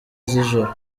z’ijoro